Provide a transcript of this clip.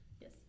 yes